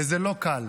וזה לא קל.